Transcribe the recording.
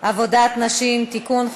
עבודת נשים (תיקון,